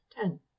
ten